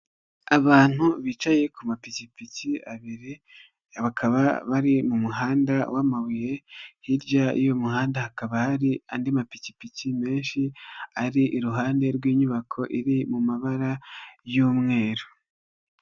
Abantu bicaye ku mapikipiki abiri, bakaba bari mu muhanda w'amabuye, hirya y'umuhanda hakaba hari andi mapikipiki menshi, ari iruhande rw'inyubako iri mu mabara y'umweru.